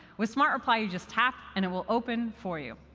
with smart reply, you just tap and it will open for you.